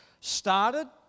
started